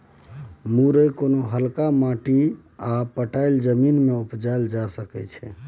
मुरय कोनो हल्का माटि आ पटाएल जमीन मे उपजाएल जा सकै छै